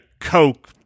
Coke